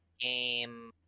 game